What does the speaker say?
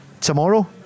tomorrow